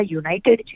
united